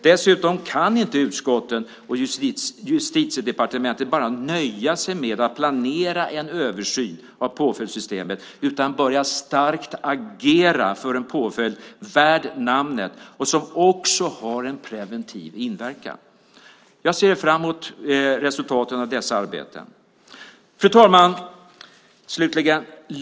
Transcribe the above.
Dessutom kan inte utskotten och Justitiedepartementet nöja sig med att bara planera en översyn av påföljdssystemet, utan man bör starkt agera för en påföljd värd namnet som också har en preventiv inverkan. Jag ser fram emot resultaten av dessa arbeten. Fru talman!